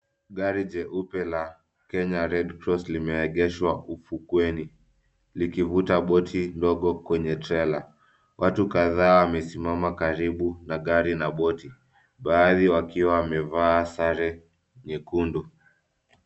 Gari jeupe la Kenye Redcross limeegeshwa ufukweni, likivuta boti ndogo kwenye trela. Watu kadhaa wamesimama karibu na gari na boti, baadhi wakiwa wamevaa sare nyekundu.